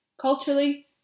Culturally